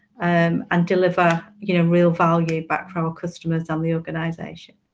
um and delivery you know real value back for our customers and the organization.